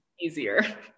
easier